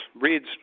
reads